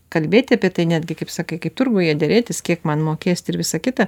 kalbėti apie tai netgi kaip sakai kaip turguje derėtis kiek man mokėsit ir visa kita